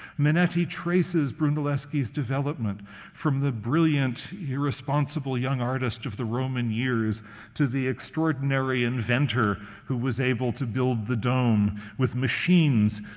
manetti traces brunelleschi's development from the brilliant, irresponsible young artist of the roman years to the extraordinary inventor who was able to build the dome with machines,